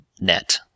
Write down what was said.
net